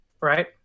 right